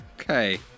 Okay